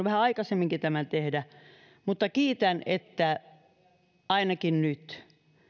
vähän aikaisemminkin tämän tehdä mutta kiitän että ainakin nyt